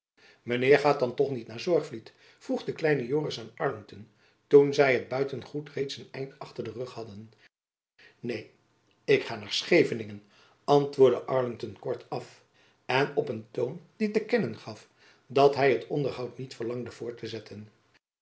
gait dan toch niet nair zorgvliet vroeg de kleine joris aan arlington toen zy het buitengoed reeds een eind achter den rug hadden neen ik ga naar scheveningen antwoordde arlington kortaf en op een toon die te kennen gaf dat hy het onderhoud niet verlangde voort te zetten